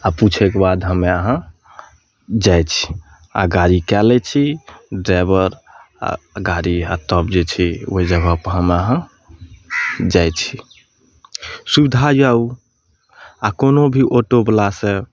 आ पूछैके बाद हमे अहाँ जाइ छी आ गाड़ी कए लै छी ड्राइबर आ गाड़ी इहए तब जे छै ओहि जगहपर जाइ छी सुबिधा यऽ आ कोनो भी ऑटोवलासॅं